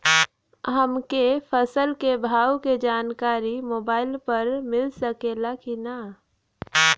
हमके फसल के भाव के जानकारी मोबाइल पर मिल सकेला की ना?